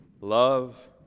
love